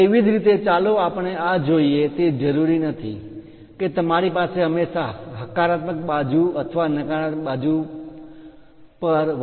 તેવી જ રીતે ચાલો આપણે આ જોઈએ તે જરૂરી નથી કે તમારી પાસે હંમેશા હકારાત્મક બાજુ અથવા નકારાત્મક બાજુ પર વત્તા અથવા ઓછા 0